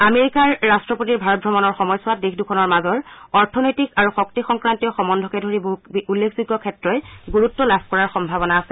America ৰট্টপতিৰ ভাৰত ভ্ৰমণৰ সময়ছোৱাত দেশদুখনৰ মাজৰ অৰ্থনৈতিক আৰু শক্তি সংক্ৰান্তীয় সম্বন্ধকে ধৰি বহু উল্লেখযোগ্য ক্ষেত্ৰই গুৰুত্ব লাভ কৰাৰ সম্ভাৱনা আছে